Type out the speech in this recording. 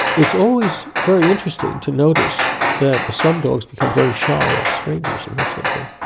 it's always very interesting to notice that some dogs become very shy of strangers and that sort of thing.